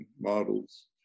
models